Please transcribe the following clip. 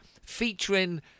featuring